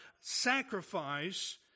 sacrifice